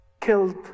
killed